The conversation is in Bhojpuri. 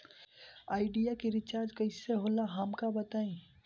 आइडिया के रिचार्ज कईसे होला हमका बताई?